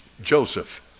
Joseph